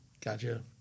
Gotcha